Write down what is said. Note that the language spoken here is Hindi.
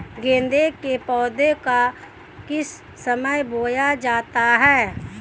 गेंदे के पौधे को किस समय बोया जाता है?